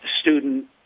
student